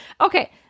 Okay